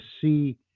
see